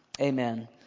amen